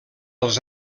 els